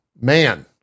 Man